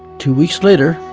two weeks later,